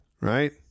right